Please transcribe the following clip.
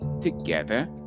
together